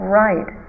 right